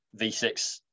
V6